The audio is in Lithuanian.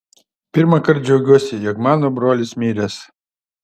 pirmąkart džiaugiuosi jog mano brolis miręs